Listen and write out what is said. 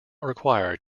required